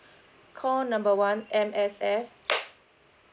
call number one M_S_F